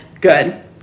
Good